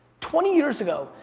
twenty years ago,